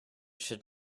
should